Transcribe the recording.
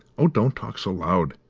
oh, don't talk so loud,